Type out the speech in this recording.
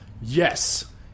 Yes